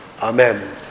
Amen